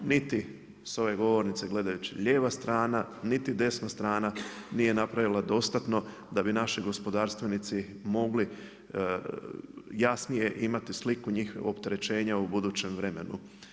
Niti s ove strane govornice gledajući lijeva strana niti desna strana nije napravila dostatno da bi naši gospodarstvenici mogli jasnije imati sliku njih opterećenja u budućem vremenu.